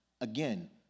Again